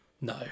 no